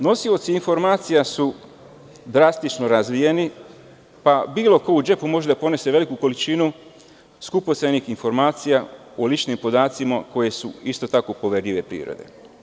Nosioci informacija su drastično razvijeni, pa bilo ko u džepu može da ponese veliku količinu skupocenih informacijama o ličnim podacima koji su isto tako poverljive prirode.